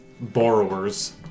borrowers